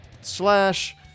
slash